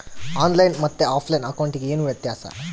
On line ಮತ್ತೆ offline ಅಕೌಂಟಿಗೆ ಏನು ವ್ಯತ್ಯಾಸ?